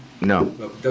no